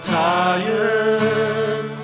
tired